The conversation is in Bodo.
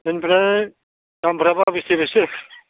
बिनिफ्राय दामफ्राबा बेसे बेसे